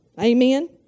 Amen